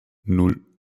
nan